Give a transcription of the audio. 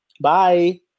Bye